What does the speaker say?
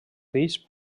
fills